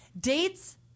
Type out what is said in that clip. dates